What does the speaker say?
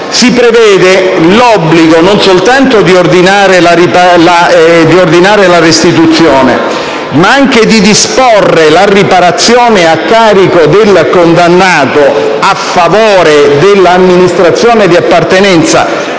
si prevede, non soltanto l'obbligo di ordinare la restituzione, ma anche di disporre la riparazione a carico del condannato a favore dell'amministrazione di appartenenza